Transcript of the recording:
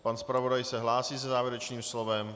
Pan zpravodaj se hlásí se závěrečným slovem.